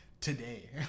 today